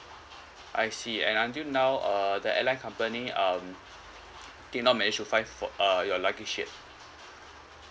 I see and until now uh the airline company um did not manage to find f~ uh your luggage yet